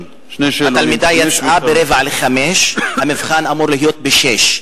התלמידה יצאה ב-16:45, המבחן אמור להיות ב-18:00.